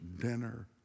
dinner